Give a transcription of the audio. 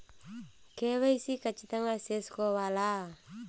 KYC ఖచ్చితంగా సేసుకోవాలా